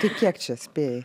tai kiek čia spėjai